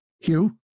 Hugh